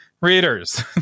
Readers